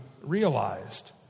Realized